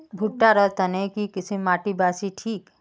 भुट्टा र तने की किसम माटी बासी ठिक?